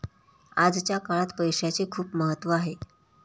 आजच्या काळात पैसाचे खूप महत्त्व आहे